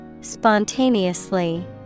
Spontaneously